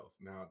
Now